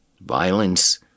Violence